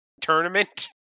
tournament